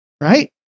Right